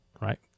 right